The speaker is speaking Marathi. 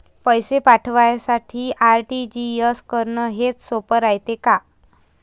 पैसे पाठवासाठी आर.टी.जी.एस करन हेच सोप रायते का?